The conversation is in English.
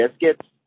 biscuits